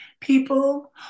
people